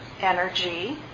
energy